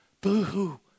boo-hoo